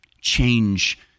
change